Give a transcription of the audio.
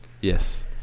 Yes